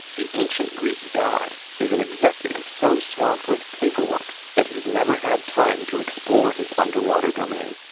the ancient greek god is an executive so swamped with paperwork that he's never had time to explore his underwater domain.